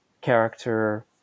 character